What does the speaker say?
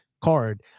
card